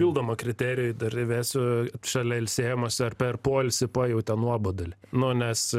pildomą kriterijų dar įvesiu šalia ilsėjimosi ar per poilsį pajautė nuobodulį nu nes